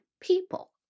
people